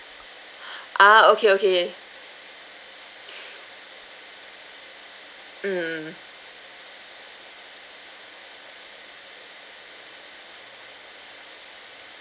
ah okay okay mm